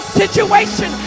situation